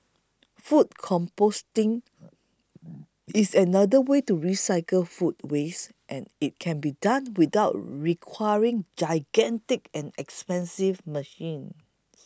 food composting is another way to recycle food waste and it can be done without requiring gigantic and expensive machines